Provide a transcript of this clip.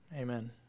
amen